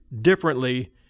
differently